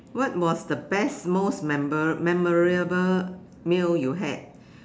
what was the best most memor~ memorable meal you had